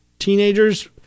teenagers